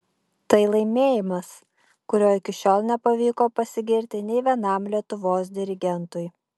tai laimėjimas kuriuo iki šiol nepavyko pasigirti nei vienam lietuvos dirigentui